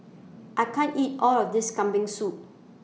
I can't eat All of This Kambing Soup